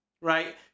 Right